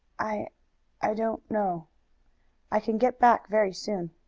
i i don't know i can get back very soon.